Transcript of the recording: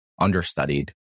understudied